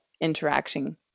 interaction